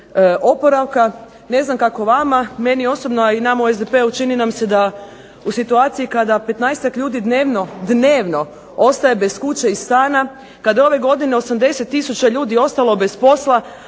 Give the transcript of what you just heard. Ne znam kako vama, meni osobno a i nama u SDP-u čini nam se da u situaciji kada petnaestak ljudi dnevno ostaje bez kuće i stana, kada ove godine 80 tisuća ljudi ostalo bez posla,